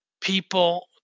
people